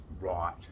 right